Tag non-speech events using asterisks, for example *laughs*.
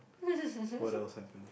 *laughs*